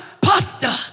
Pasta